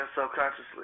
subconsciously